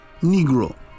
Negro